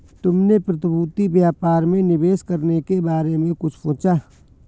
तुमने प्रतिभूति व्यापार में निवेश करने के बारे में कुछ सोचा?